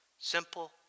Simple